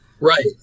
Right